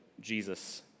Jesus